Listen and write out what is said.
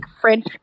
French